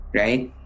right